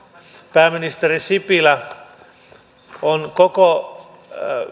pääministeri sipilä on koko